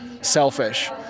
selfish